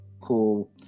cool